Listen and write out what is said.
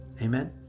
Amen